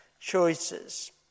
Choices